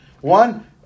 One